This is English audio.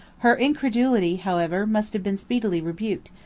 her incredulity, however, must have been speedily rebuked,